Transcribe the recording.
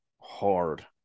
hard